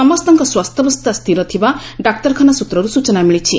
ସମସ୍ତଙ୍କ ସ୍ୱାସ୍ଥ୍ୟାବସ୍ଥା ସ୍ଥିର ଥିବା ଡାକ୍ତରଖାନା ସୂତ୍ରରୁ ସୂଚନା ମିଳିଛି